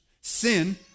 Sin